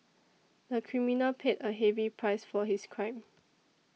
the criminal paid a heavy price for his crime